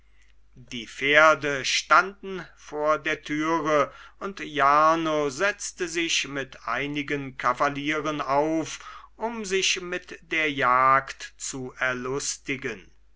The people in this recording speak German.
die pferde standen vor der tür und jarno setzte sich mit einigen kavalieren auf um sich mit der jagd zu erlustigen